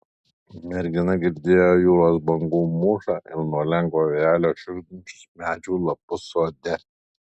mergina girdėjo jūros bangų mūšą ir nuo lengvo vėjelio šiugždančius medžių lapus sode